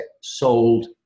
Sold